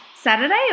Saturday